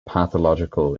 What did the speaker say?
pathological